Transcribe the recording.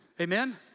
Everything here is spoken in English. amen